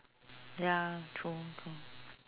ya true